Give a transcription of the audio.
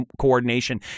coordination